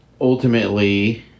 ultimately